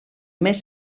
més